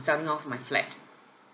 selling off my flat